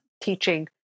teaching